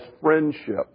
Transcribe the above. friendship